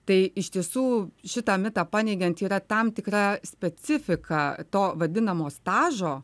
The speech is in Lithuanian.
tai iš tiesų šitą mitą paneigiant yra tam tikra specifika to vadinamo stažo